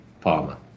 Palmer